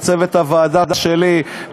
לצוות הוועדה שלי,